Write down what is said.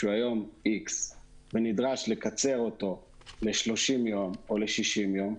שהוא היום X ונדרש לקצר אותו לשלושים יום או לשישים יום,